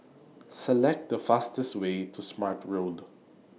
Select The fastest Way to Smart Road